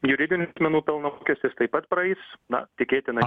juridinis asmenų pelno mokestis taip pat praeis na tikėtina